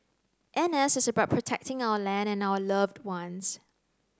N S is about protecting our land and our loved ones